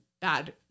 bad